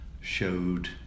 showed